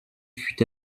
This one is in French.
fût